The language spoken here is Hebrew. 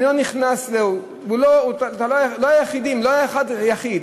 לא היה אחד יחיד,